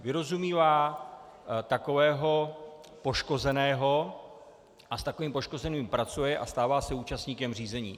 Vyrozumívá takového poškozeného a s takovým poškozeným pracuje a stává se účastníkem řízení.